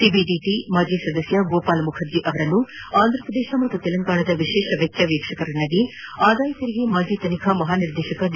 CBDT ಮಾಜಿ ಸದಸ್ನ ಗೋಪಾಲ ಮುಖರ್ಜಿ ಅವರನ್ನು ಆಂಧಪ್ರದೇಶ ಹಾಗೂ ತೆಲಂಗಾಣದ ವಿಶೇಷ ವೆಚ್ಚ ವೀಕ್ಷಕರನ್ನಾಗಿ ಆದಾಯ ತೆರಿಗೆ ಮಾಜಿ ತನಿಖಾ ಮಹಾನಿರ್ದೇಶಕ ಡಿ